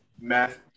Math